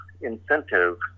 incentive